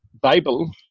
Bible